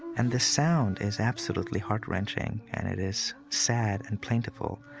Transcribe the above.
and this sound is absolutely heart-wrenching, and it is sad and plaintiveful.